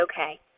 okay